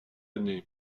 année